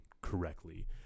correctly